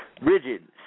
Rigid